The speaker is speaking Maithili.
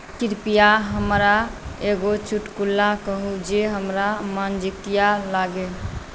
कृपया हमरा एगो चुटकुला कहू जे हमरा मज़ाकिया लागे